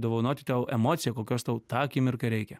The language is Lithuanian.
dovanoti tau emociją kokios tau tą akimirką reikia